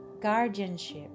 guardianship